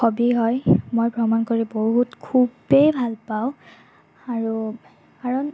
hobby হয় মই ভ্ৰমণ কৰি বহুত খুবেই ভাল পাওঁ আৰু কাৰণ